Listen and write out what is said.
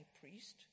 priest